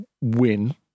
win